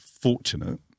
fortunate